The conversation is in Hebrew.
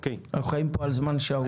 אנחנו חיים פה על זמן שאול.